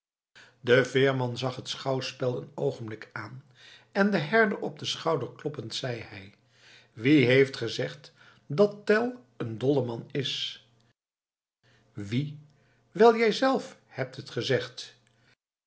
de veerman zag het schouwspel een oogenblik aan en den herder op den schouder kloppend riep hij wie heeft gezegd dat tell een dolleman is wie wel jij zelf hebt het gezegd